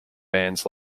bands